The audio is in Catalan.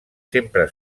sempre